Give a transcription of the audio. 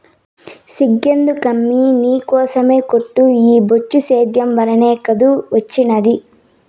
సిగ్గెందుకమ్మీ నీకోసమే కోటు ఈ బొచ్చు సేద్యం వల్లనే కాదూ ఒచ్చినాది